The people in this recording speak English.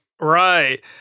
Right